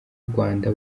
rwanda